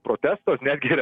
protestas netgi